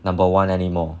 number one anymore